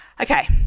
Okay